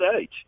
age